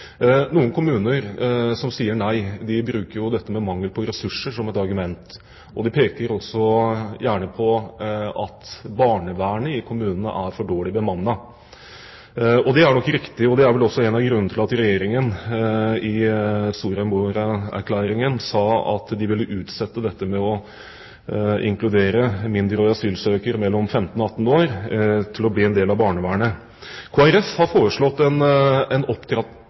Noen kommuner som sier nei, bruker jo dette med mangel på ressurser som et argument, og de peker også gjerne på at barnevernet i kommunene er for dårlig bemannet. Det er nok riktig, og det er vel også en av grunnene til at Regjeringen i Soria Moria-erklæringen sa at de vil utsette dette med å inkludere mindreårige asylsøkere mellom 15 og 18 år slik at de blir en del av barnevernet. Kristelig Folkeparti har foreslått en